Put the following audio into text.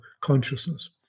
consciousness